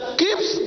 keeps